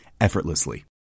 effortlessly